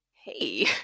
hey